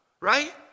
Right